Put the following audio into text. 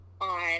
on